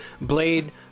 Blade